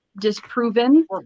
disproven